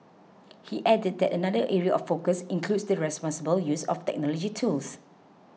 he added that another area of focus includes the responsible use of technology tools